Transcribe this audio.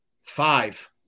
Five